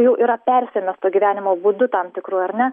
jau yra persiėmęs tuo gyvenimo būdu tam tikru ar ne